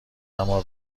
اما